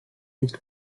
nicht